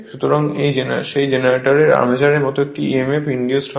সুতরাং সেই জেনারেটরে আর্মেচারের মত একটি emf ইন্ডিউজড হয়